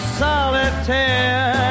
solitaire